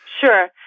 Sure